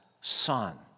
son